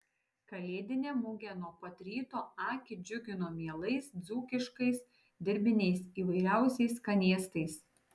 kalėdinė mugė nuo pat ryto akį džiugino mielais dzūkiškais dirbiniais įvairiausiais skanėstais